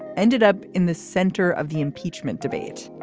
ended up in the center of the impeachment debate.